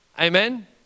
Amen